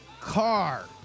car